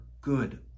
good